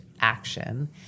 action